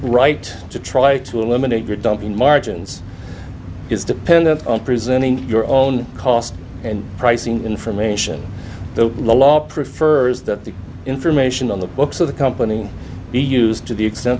right to try to eliminate your dumping margins is dependent on presenting your own cost and pricing information the law prefers that the information on the books of the company be used to the extent